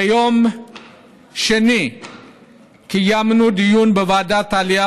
ביום שני קיימנו דיון בוועדת העלייה